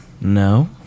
No